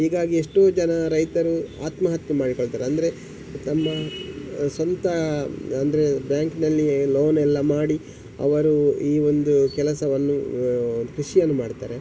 ಹೀಗಾಗಿ ಎಷ್ಟು ಜನ ರೈತರು ಆತ್ಮಹತ್ಯೆ ಮಾಡಿಕೊಳ್ತಾರೆ ಅಂದರೆ ತಮ್ಮ ಸ್ವಂತ ಅಂದರೆ ಬ್ಯಾಂಕ್ನಲ್ಲಿ ಲೋನ್ ಎಲ್ಲ ಮಾಡಿ ಅವರು ಈ ಒಂದು ಕೆಲಸವನ್ನು ಕೃಷಿಯನ್ನು ಮಾಡ್ತಾರೆ